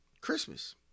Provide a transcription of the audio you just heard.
christmas